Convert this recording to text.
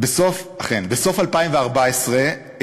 בקו"ף או בכ"ף?